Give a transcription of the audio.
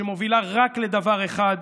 שמובילה רק לדבר אחד: